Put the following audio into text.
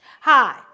Hi